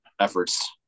efforts